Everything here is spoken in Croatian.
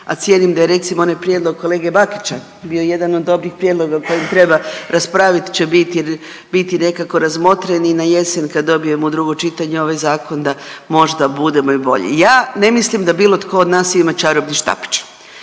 a cijenim da je recimo onaj prijedlog kolege Bakića bio jedan od dobrih prijedloga o kojem treba raspravit će biti nekako razmotren i na jesen kad dobijemo drugo čitanje ovaj zakon da možda budemo i bolji. Ja ne mislim da bilo tko od nas ima čarobni štapić.